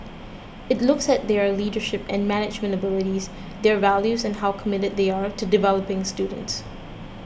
it looks at their leadership and management abilities their values and how committed they are to developing students